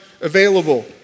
available